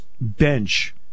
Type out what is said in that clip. bench